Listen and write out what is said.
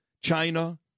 China